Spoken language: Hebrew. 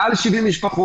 מעל 70 משפחות,